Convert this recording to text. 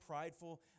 prideful